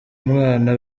mwana